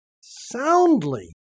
soundly